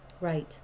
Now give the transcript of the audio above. Right